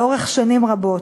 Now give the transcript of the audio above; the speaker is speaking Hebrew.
לאורך שנים רבות.